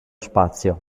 spazio